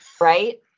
Right